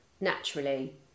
naturally